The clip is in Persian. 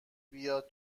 بیاد